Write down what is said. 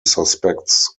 suspects